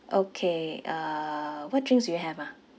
okay uh what drinks do you have ah